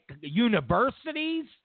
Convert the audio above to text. universities